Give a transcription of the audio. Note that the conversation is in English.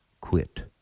quit